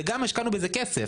וגם השקענו בז הכסף.